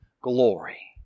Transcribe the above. glory